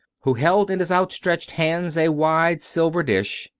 who held in his out stretched hands a wide silver dish,